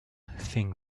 thing